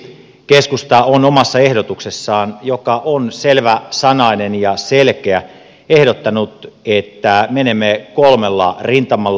siksi keskusta on omassa ehdotuksessaan joka on selväsanainen ja selkeä ehdottanut että menemme kolmella rintamalla